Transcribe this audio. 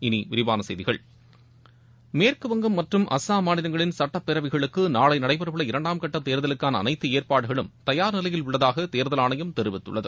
இனி விரிவாள செய்திகள் மேற்கு வங்கம் மற்றும் அஸ்ஸாம் மாநிலங்களின் சட்டப்பேரவைகளுக்கு நாளை நடைபெறவுள்ள இரண்டாம்காட்ட தேர்தலுக்கான அனைத்து ஏற்பாடுகளும் தயார்நிலையில் உள்ளதாக தேர்தல் ஆணையம் தெரிவித்துள்ளது